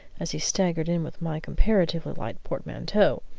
as he staggered in with my comparatively light portmanteau,